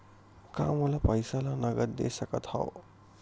का मोला पईसा ला नगद दे सकत हव?